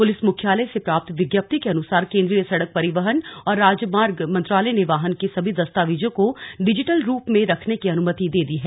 police मुख्यालय से प्राप्त विज्ञप्ति के अनुसार केंद्रीय सड़क परिवहन और राजमार्ग मंत्रलाय ने वाहन के सभी दस्तावेजों को डिजिटल रूप में रखने की अनुमति दे दी है